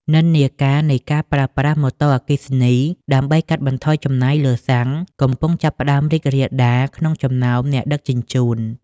និន្នាការនៃការប្រើប្រាស់ "ម៉ូតូអគ្គិសនី" ដើម្បីកាត់បន្ថយចំណាយលើសាំង កំពុងចាប់ផ្ដើមរីករាលដាលក្នុងចំណោមអ្នកដឹកជញ្ជូន។